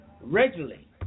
regularly